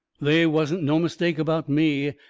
they wasn't no mistake about me.